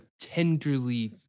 tenderly